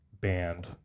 band